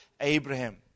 Abraham